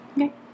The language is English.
Okay